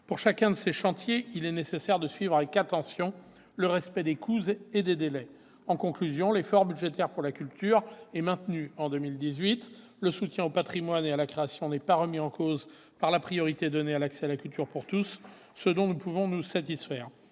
Pour chacun de ces chantiers, il est nécessaire de suivre avec attention le respect des coûts et des délais. Je conclus en disant que, en 2018, l'effort budgétaire pour la culture est maintenu. Le soutien au patrimoine et à la création n'est pas remis en cause par la priorité donnée à l'accès à la culture pour tous, ce dont nous pouvons nous satisfaire.